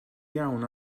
iawn